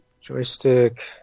Joystick